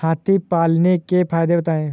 हाथी पालने के फायदे बताए?